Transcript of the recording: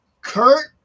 Kurt